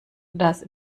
das